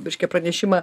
biškį pranešimą